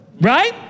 Right